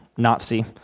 Nazi